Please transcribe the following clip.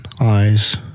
eyes